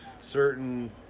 certain